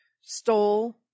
stole